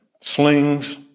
slings